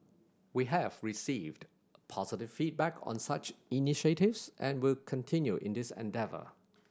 we have received positive feedback on such initiatives and will continue in this endeavour